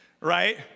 right